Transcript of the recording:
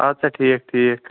اَدٕ سا ٹھیٖک ٹھیٖک